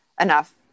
enough